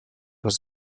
was